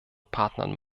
partnern